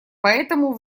поэтому